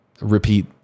repeat